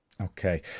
okay